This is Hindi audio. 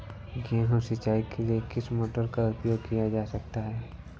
गेहूँ सिंचाई के लिए किस मोटर का उपयोग किया जा सकता है?